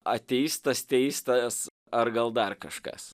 ateistas teistas ar gal dar kažkas